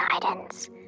guidance